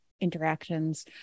interactions